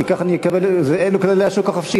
כי אלו כללי השוק החופשי.